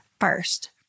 first